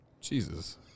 Jesus